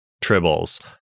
tribbles